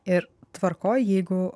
ir tvarkoj jeigu